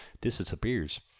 disappears